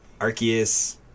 arceus